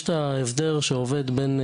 יש את ההסדר שעובד בין,